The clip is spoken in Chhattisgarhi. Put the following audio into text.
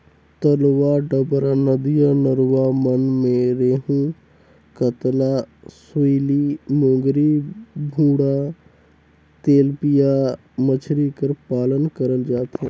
तलवा डबरा, नदिया नरूवा मन में रेहू, कतला, सूइली, मोंगरी, भुंडा, तेलपिया मछरी कर पालन करल जाथे